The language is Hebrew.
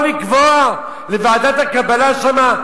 בעזרייה אני יכול לקבוע לוועדת הקבלה שם?